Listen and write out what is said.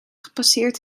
gepasseerd